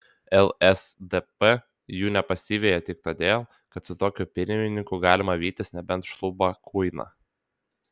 lsdp jų nepasiveja tik todėl kad su tokiu pirmininku galima vytis nebent šlubą kuiną